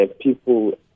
people